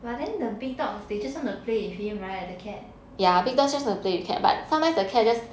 but then the big dogs they just want to play with him [right] the cat